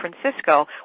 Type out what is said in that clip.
Francisco